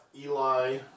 Eli